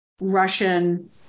Russian